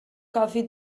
coffee